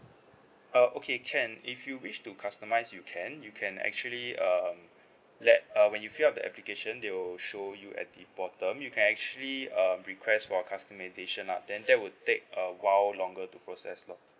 uh okay can if you wish to customise you can you can actually um let uh when you fill up the application they will show you at the bottom you can actually um request for customisation lah then that would take a while longer to process lor